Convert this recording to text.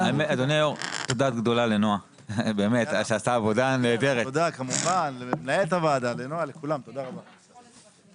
הישיבה ננעלה בשעה 12:57.